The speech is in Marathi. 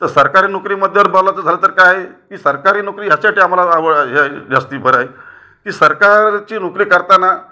तर सरकारी नोकरीमध्ये जर बाेलायचं झालं तर काय ती सरकारी नोकरी ह्याच्यासाठी आम्हाला हवी हे जास्ती बरं आहे की सरकारची नोकरी करताना